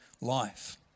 life